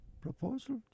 Proposal